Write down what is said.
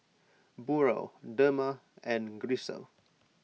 Burrell Dema and Grisel